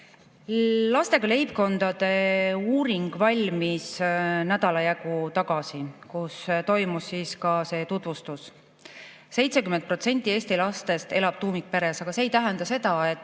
Lastega leibkondade uuring valmis nädala jagu tagasi, kui toimus ka see tutvustus. 70% Eesti lastest elab tuumikperes, aga see ei tähenda seda, et